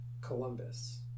Columbus